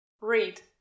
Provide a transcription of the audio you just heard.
Read